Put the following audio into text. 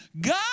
God